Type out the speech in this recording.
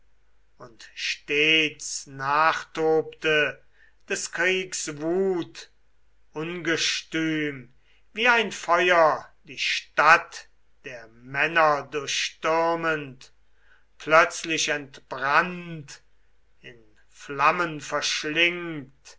und stets nachtobte des kriegs wut ungestüm wie ein feuer die stadt der männer durchstürmend plötzlich entbrannt in flammen verschlingt